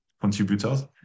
contributors